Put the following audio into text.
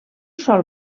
sol